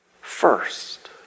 first